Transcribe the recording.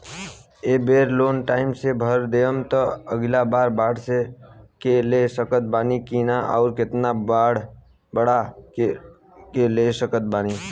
ए बेर loan time से भर देहम त अगिला बार बढ़ा के ले सकत बानी की न आउर केतना बढ़ा के ले सकत बानी?